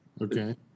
Okay